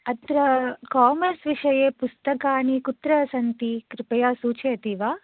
अत्र कामर्स् विषये पुस्तकानि कुत्र सन्ति कृपया सूचयति वा